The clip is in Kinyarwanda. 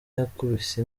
yakubise